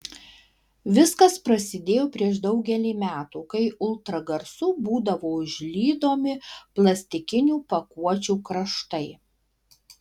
viskas prasidėjo prieš daugelį metų kai ultragarsu būdavo užlydomi plastikinių pakuočių kraštai